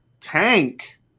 tank